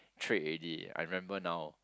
trait already I remember now